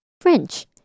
French